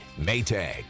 Maytag